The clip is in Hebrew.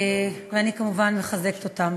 אני כמובן מחזקת אותם.